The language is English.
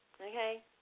okay